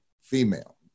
female